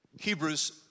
Hebrews